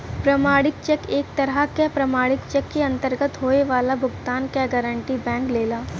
प्रमाणित चेक एक तरह क प्रमाणित चेक के अंतर्गत होये वाला भुगतान क गारंटी बैंक लेला